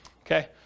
Okay